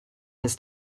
his